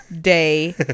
day